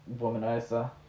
womanizer